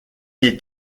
est